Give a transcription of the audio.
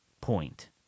point